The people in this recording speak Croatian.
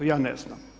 Ja ne znam.